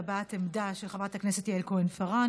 הבעת עמדה של חברת הכנסת יעל כהן-פארן,